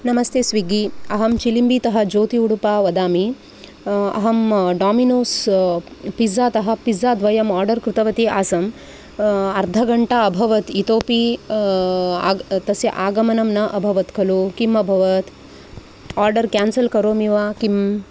नमस्ते स्विग्गी अहं चिलम्बीतः ज्योति उडुपा वदामि अहं डोमिनोस् पिज़्ज़ातः पिज़्ज़ाद्वयं आर्डर् कृतवती आसम् अर्धघण्टा अभवत् इतोऽपि तस्य आगमनं न अभवत् खलु किमभवत् आर्डर् केन्सल् करोमि वा किम्